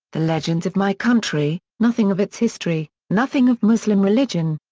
the legends of my country, nothing of its history, nothing of muslim religion.